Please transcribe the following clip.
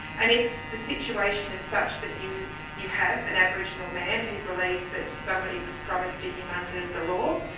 and if the situation is such that you you have an aboriginal man who believes that somebody was promised to him under the law,